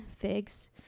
figs